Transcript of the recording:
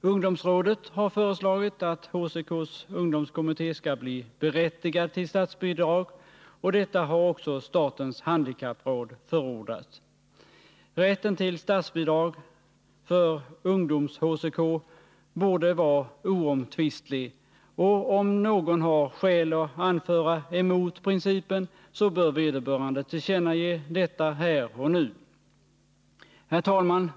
Ungdomsrådet har föreslagit att HCK:s ungdomskommitté skall bli berättigad till statsbidrag, och detta har också statens handikappråd förordat. Rätten till statsbidrag för Ungdoms-HCK borde vara oomtvistlig, och om någon har skäl att anföra emot principen, så bör vederbörande tillkännage detta här och nu. Herr talman!